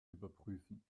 überprüfen